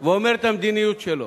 ואומר את המדיניות שלו.